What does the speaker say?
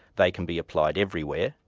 they can be applied everywhere.